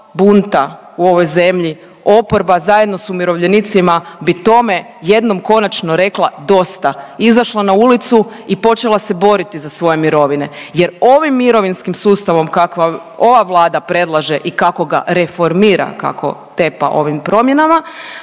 bunta u ovoj zemlji oporba zajedno s umirovljenicima bi tome jednom konačno rekla dosta, izašla na ulicu i počela se boriti za svoje mirovine jer ovim mirovinskim sustavom kakav ova Vlada predlaže i kako ga reformira kako tepa ovim promjenama,